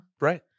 Right